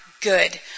good